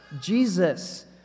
Jesus